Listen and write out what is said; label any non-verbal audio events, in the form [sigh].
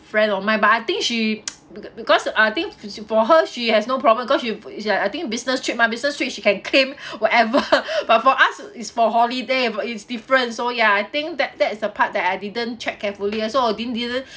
friend of mine but I think she [noise] be~ because I think [noise] for her she has no problem cause she [noise] is like I think business trip mah business trip which she can claim whatever [laughs] but for us is for holiday it's different so ya I think that that is the part that I didn't check carefully ah so I didn't didn't